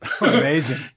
Amazing